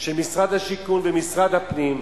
של משרד השיכון ומשרד הפנים,